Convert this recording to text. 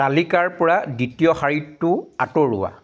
তালিকাৰ পৰা দ্বিতীয় শাৰীটো আঁতৰোৱা